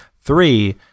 three